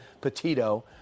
Petito